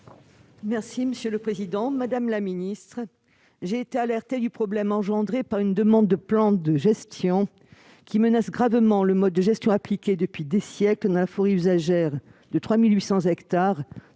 de la transition écologique. Madame la secrétaire d'État, j'ai été alertée du problème engendré par une demande de plan de gestion qui menace gravement le mode de gestion appliqué depuis des siècles dans la forêt usagère de 3 800 hectares